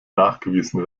nachgewiesen